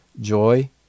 joy